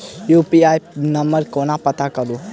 UPI number केना पत्ता कड़ी?